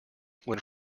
when